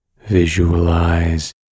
visualize